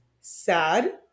sad